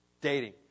Dating